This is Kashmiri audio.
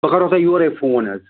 بہٕ کرو تۄہہِ یورَے فون حظ